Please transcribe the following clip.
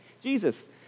Jesus